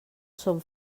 són